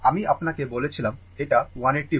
আমি আপনাকে বলেছিলাম এটা 180 volt